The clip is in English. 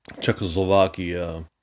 Czechoslovakia